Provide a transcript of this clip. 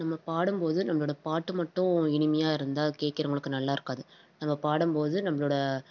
நம்ம பாடும் போது நம்மளோட பாட்டு மட்டும் இனிமையாக இருந்தால் கேட்குறவங்களுக்கு நல்லா இருக்காது நம்ம பாடும் போது நம்மளோட